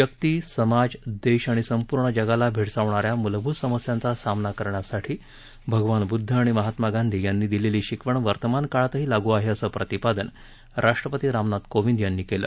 व्यक्ती समाज देश आणि संपूर्ण जगाला भेडसावणाऱ्या मूलभूत समस्यांचा सामना करण्यासाठी भगवान बुद्ध आणि महात्मा गांधी यांनी दिलेली शिकवण वर्तमानकाळातही लागू आहे असं प्रतिपादन राष्ट्रपती रामनाथ कोविंद यांनी केलं